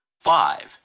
five